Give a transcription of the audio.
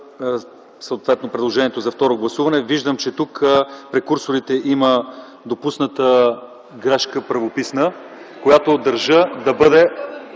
съответно предложенията за второ гласуване – виждам, че тук прекурсорите има допусната грешка правописна, която държа да бъде